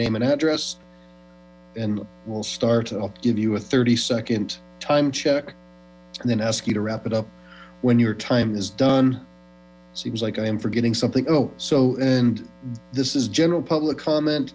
name and address and we'll start i'll give you a thirty second time check and then ask you to wrap it up when your time is done seems like i am forgetting something oh so and this is general public comment